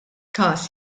każ